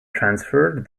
transferred